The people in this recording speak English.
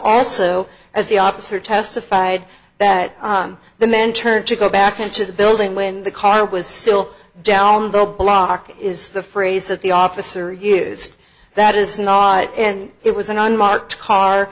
also as the officer testified that the man turned to go back into the building when the car was still down the block is the phrase that the officer used that is not and it was an